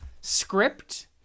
script